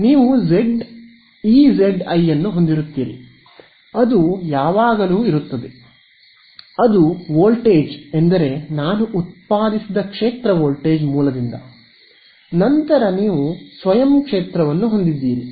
ನೀವು E Z I ಹೊಂದಿರುತ್ತೀರಿ ಅದು ಯಾವಾಗಲೂ ಇರುತ್ತದೆ ಅದು ವೋಲ್ಟೇಜ್ ಎಂದರೆ ನಾನು ಉತ್ಪಾದಿಸಿದ ಕ್ಷೇತ್ರ ವೋಲ್ಟೇಜ್ ಮೂಲದಿಂದ ನಂತರ ನೀವು ಸ್ವಯಂ ಕ್ಷೇತ್ರವನ್ನು ಹೊಂದಿದ್ದೀರಿ